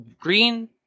green